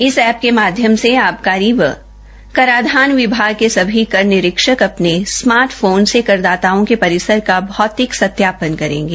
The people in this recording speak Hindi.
इस ऐप के माध्यम से आबकारी एवं कराधान विभाग के सभी कर निरीक्षक अपने स्मार्ट फोन से करदाताओं के परिसर का भौतिक सत्यापन करेंगे